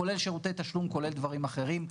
כולל שירותי תשלום, כולל דברים אחרים.